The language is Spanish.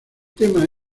tema